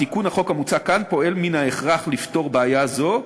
תיקון החוק המוצע כאן פועל מן ההכרח לפתור בעיה זו,